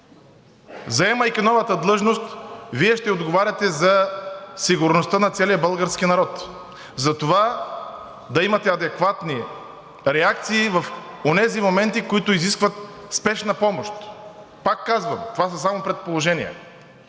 заемайки новата длъжност, Вие ще отговаряте за сигурността на целия български народ, за това да имате адекватни реакции в онези моменти, които изискват спешна помощ. Пак казвам, това са само предположения.